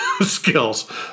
skills